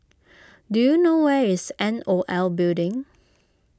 do you know where is N O L Building